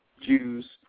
Jews